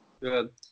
Good